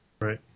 Right